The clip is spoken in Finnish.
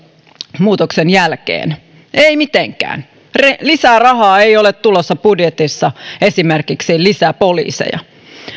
lakimuutoksen jälkeen ei mitenkään lisää rahaa ei ole tulossa budjetissa esimerkiksi lisää poliiseja